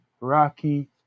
Rocky